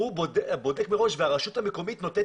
הוא בודק מראש והרשות המקומית נותנת